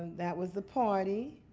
that was the party.